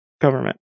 government